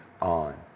on